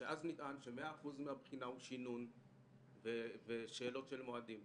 ש-100% מהבחינה הוא שינון ושאלות של מועדים.